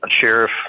sheriff